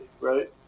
right